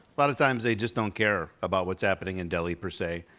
lot of times they just don't care about what's happening in delhi per se.